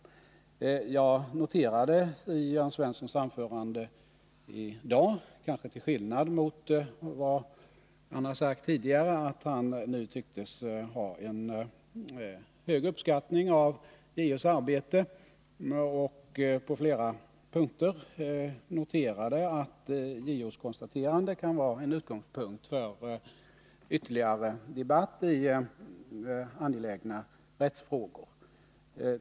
Jag noterade av Jörn Svenssons anförande i dag att han, kanske till skillnad mot vad han har sagt tidigare, nu tycks ha en hög uppskattning av JO:s arbete och att han menar att JO:s konstateranden kan vara en utgångspunkt för ytterligare debatt i angelägna rättsfrågor.